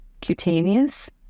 cutaneous